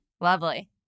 lovely